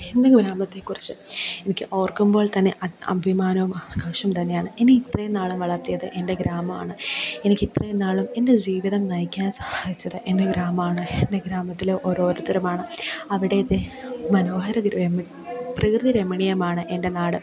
എൻ്റെ ഗ്രാമത്തെ കുറിച്ച് എനിക്ക് ഓർക്കുമ്പോൾ തന്നെ അഭിമാനവും ആഘോഷവും തന്നെയാണ് എന്നെ ഇത്രയും നാളും വളർത്തിയത് എൻ്റെ ഗ്രാമവാണ് എനിക്ക് ഇത്രയും നാളും എൻ്റെ ജീവിതം നയിക്കാൻ സഹായിച്ചത് എൻ്റെ ഗ്രാമമാണ് എൻ്റെ ഗ്രാമത്തിലെ ഓരോരുത്തരുമാണ് അവിടെ ദെ മനോഹര ഗ്രമ് പ്രകൃതിരമണീയമാണ് എൻ്റെ നാട്